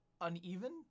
uneven